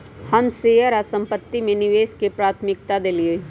हम शेयर आऽ संपत्ति में निवेश के प्राथमिकता देलीयए